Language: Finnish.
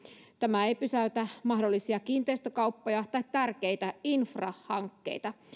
tämä ei pysäytä mahdollisia kiinteistökauppoja tai tärkeitä infrahankkeita